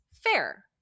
fair